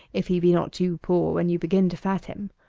if he be not too poor when you begin to fat him.